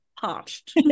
Parched